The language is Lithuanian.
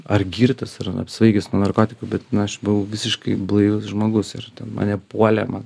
ar girtas ar ten apsvaigęs nuo narkotikų bet aš buvau visiškai blaivas žmogus ir mane puolė man